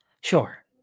Sure